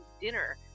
dinner